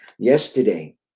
Yesterday